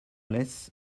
laisse